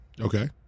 Okay